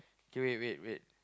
K wait wait wait